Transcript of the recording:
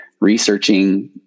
researching